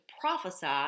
prophesy